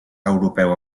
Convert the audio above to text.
europeu